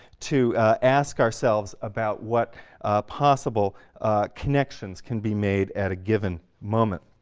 to ask ourselves about what possible connections can be made at a given moment.